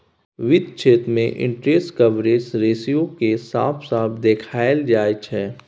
वित्त क्षेत्र मे इंटरेस्ट कवरेज रेशियो केँ साफ साफ देखाएल जाइ छै